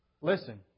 Listen